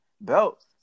belt